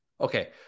Okay